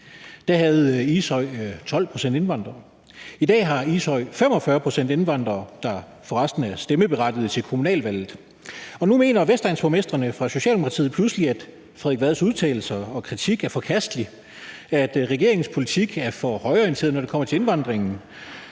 Der havde Ishøj 12 pct. indvandrere. I dag har Ishøj 45 pct. indvandrere, der forresten er stemmeberettigede til kommunalvalget, og nu mener vestegnsborgmestrene fra Socialdemokratiet pludselig, at det er forkasteligt, hvad hr. Frederik Vad har udtalt og kritiseret, og at regeringens politik er for højreorienteret, når det kommer til indvandringen.